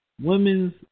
women's